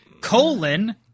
colon